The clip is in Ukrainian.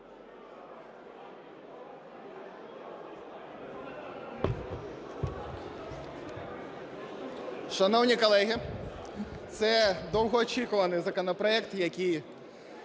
Шановні колеги, це довгоочікуваний законопроект, який